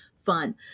fun